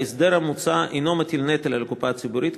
ההסדר המוצע אינו מהווה נטל על הקופה הציבורית,